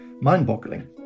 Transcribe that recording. mind-boggling